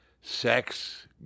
sex